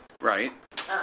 Right